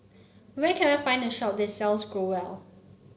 where can I find a shop that sells Growell